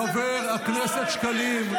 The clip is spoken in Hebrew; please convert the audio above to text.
חבר הכנסת שקלים,